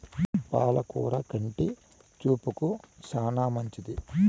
పాల కూర కంటి చూపుకు చానా మంచిది